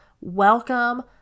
welcome